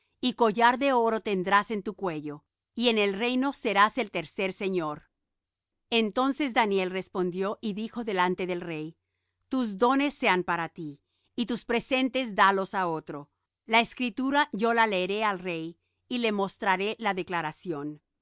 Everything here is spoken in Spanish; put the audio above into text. y collar de oro tendrás en tu cuello y en el reino serás el tercer señor entonces daniel respondió y dijo delante del rey tus dones sean para ti y tus presentes dalos á otro la escritura yo la leeré al rey y le mostraré la declaración